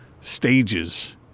stages